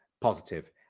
positive